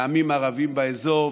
לעמים הערבים באזור,